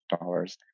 dollars